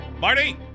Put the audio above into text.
Marty